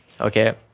okay